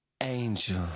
angel